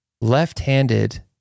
left-handed